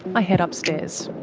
i head upstairs.